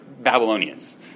Babylonians